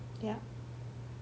ya